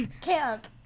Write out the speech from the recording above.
Camp